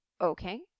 okay